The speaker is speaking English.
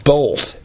Bolt